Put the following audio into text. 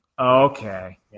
Okay